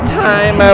time